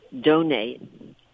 donate